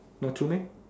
not true meh